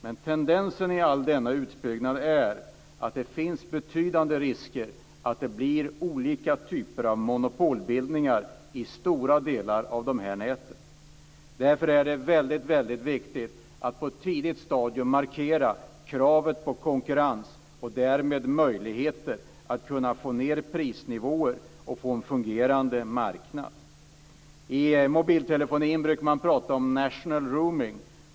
Men det finns betydande risker att det blir olika typer av monopolbildningar i stora delar av näten. Därför är det viktigt att på ett tidigt stadium markera kravet på konkurrens och därmed få möjligheter till sänkta prisnivåer och en fungerande marknad. Man brukar inom mobiltelefonin tala om national rooming.